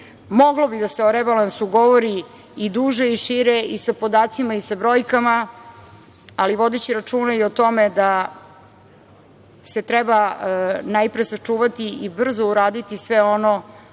bi da se o rebalansu govori i duže i šire i sa podacima i sa brojkama, ali vodeći računa i o tome da se treba najpre sačuvati i brzo uraditi sve ono